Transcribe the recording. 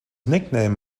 nickname